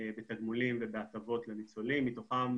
בתגמולים ובהטבות לניצולים, מתוכם